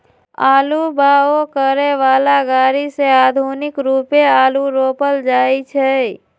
आलू बाओ करय बला ग़रि से आधुनिक रुपे आलू रोपल जाइ छै